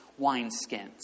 wineskins